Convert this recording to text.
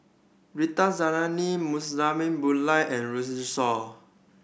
Rita Zahara Murali Pillai and Runme Shaw